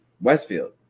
Westfield